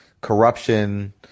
corruption